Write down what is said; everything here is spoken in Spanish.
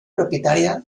propietaria